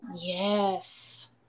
Yes